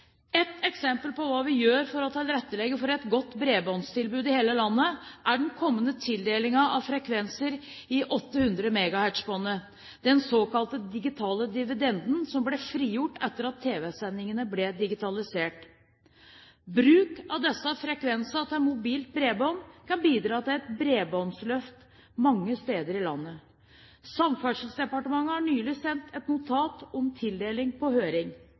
Et eksempel på hva vi gjør for å tilrettelegge for et godt bredbåndstilbud i hele landet, er den kommende tildelingen av frekvenser i 800-MHz-båndet, den såkalte digitale dividenden som ble frigjort etter at tv-sendingene ble digitalisert. Bruk av disse frekvensene til mobilt bredbånd kan bidra til et bredbåndsløft mange steder i landet. Samferdselsdepartementet har nylig sendt et notat om tildelingen på høring.